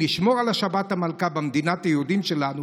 נשמור על שבת המלכה במדינת היהודים שלנו,